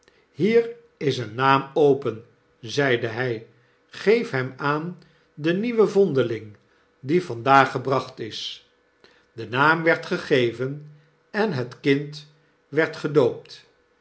hier is een naam open zeide hy geef hem aan den nieuwen vondeling die vandaag gebracht is de naam werd gegeven en het kind werd gedoopt